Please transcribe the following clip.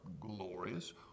glorious